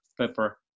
pepper